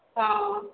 ହଁ